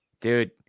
dude